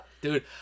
Dude